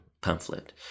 pamphlet